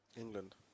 England